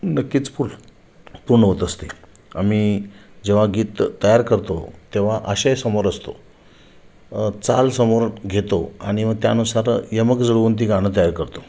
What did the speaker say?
नक्कीच पू पूर्ण होत असते आम्ही जेव्हा गीत तयार करतो तेव्हा आशय समोर असतो चाल समोर घेतो आणि मग त्यानुसार यमक जुळवून ते गाणं तयार करतो